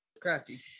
Crafty